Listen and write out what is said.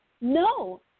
No